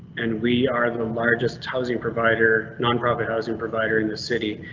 and we are the largest housing provider nonprofit housing provider in the city,